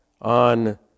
on